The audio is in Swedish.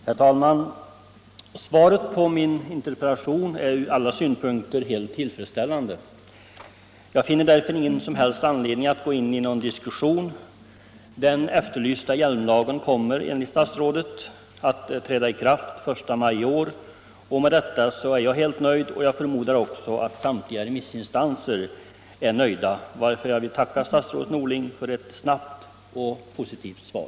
Herr talman! Svaret på min interpellation är ur alla synpunkter helt tillfredsställande. Jag finner därför ingen som helst anledning att ta upp någon diskussion. Den efterlysta hjälmlagen kommer enligt statsrådet att träda i kraft den 1 maj i år. Med detta är jag helt nöjd och jag förmodar att också samtliga remissinstanser är nöjda, varför jag vill tacka statsrådet Norling för ett snabbt och positivt svar.